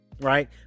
Right